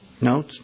No